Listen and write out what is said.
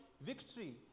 victory